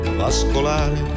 vascolare